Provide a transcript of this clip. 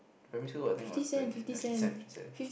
primary school the thing was twenty seventy cent